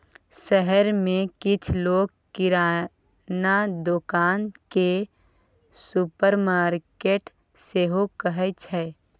शहर मे किछ लोक किराना दोकान केँ सुपरमार्केट सेहो कहै छै